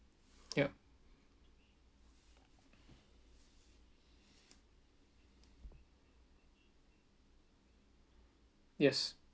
yup yes